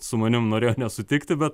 su manim norėjo nesutikti bet